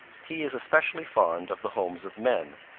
he is especially fond of the homes of men.